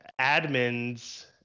admins